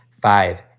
Five